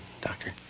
doctor